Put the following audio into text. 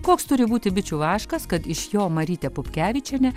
koks turi būti bičių vaškas kad iš jo marytė pupkevičienė